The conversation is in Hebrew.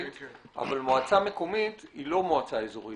אבל מועצה מקומית היא לא מועצה אזורית.